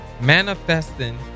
manifesting